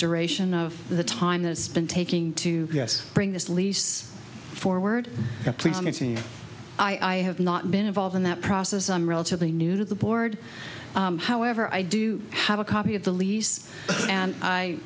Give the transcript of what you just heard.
duration of the time that it's been taking to yes bring this lease forward i have not been involved in that process i'm relatively new to the board however i do have a copy of the lease and i